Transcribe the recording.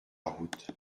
route